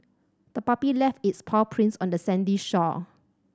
the puppy left its paw prints on the sandy shore